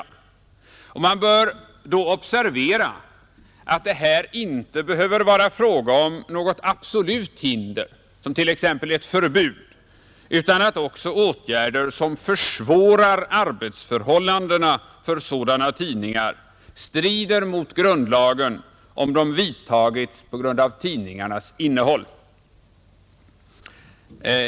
Man bör då observera att det här inte behöver vara fråga om något absolut hinder, t.ex. ett förbud, utan att också åtgärder som försvårar arbetsförhållandena för sådana tidningar strider mot grundlagen om de vidtagits på grund av tidningarnas innehåll.